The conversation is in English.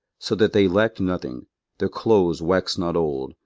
so that they lacked nothing their clothes waxed not old,